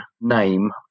name